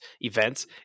events